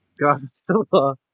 Godzilla